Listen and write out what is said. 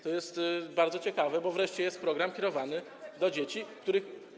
To jest bardzo ciekawe, bo wreszcie jest program kierowany do dzieci, których.